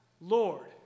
Lord